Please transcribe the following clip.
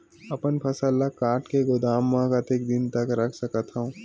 अपन फसल ल काट के गोदाम म कतेक दिन तक रख सकथव?